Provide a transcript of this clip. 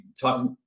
talk